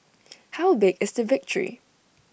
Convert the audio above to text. how big is the victory